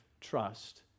trust